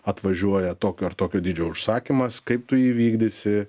atvažiuoja tokio ar tokio dydžio užsakymas kaip tu jį vykdysi